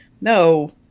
No